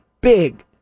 big